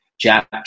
Jack